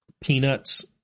Peanuts